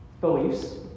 beliefs